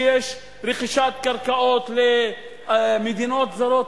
שיש רכישת קרקעות למדינות זרות,